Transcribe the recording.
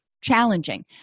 challenging